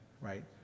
right